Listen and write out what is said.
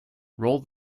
roll